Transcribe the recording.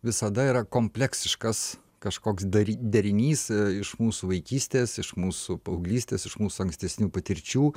visada yra kompleksiškas kažkoks dari derinys iš mūsų vaikystės iš mūsų paauglystės iš mūsų ankstesnių patirčių